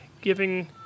giving